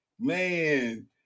Man